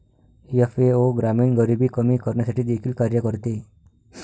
FAO ग्रामीण गरिबी कमी करण्यासाठी देखील कार्य करते